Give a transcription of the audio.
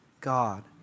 God